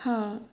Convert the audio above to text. हा